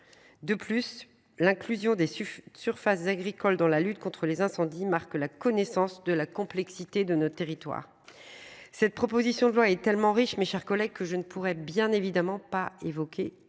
De plus, l'inclusion des surfaces agricoles dans la lutte contre les incendies marque la connaissance de la complexité de notre territoire. Cette proposition de loi est tellement riche, mes chers collègues, que je ne pourrais bien évidemment pas évoquer